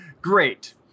Great